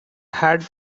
had